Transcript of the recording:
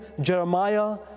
Jeremiah